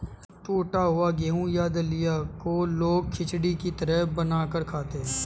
टुटा हुआ गेहूं या दलिया को लोग खिचड़ी की तरह बनाकर खाते है